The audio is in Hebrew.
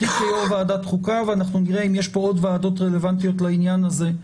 אותי כיו"ר ועדת חוקה ונראה אם יש פה עוד ועדות רלוונטיות לעניין הזה.